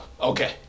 Okay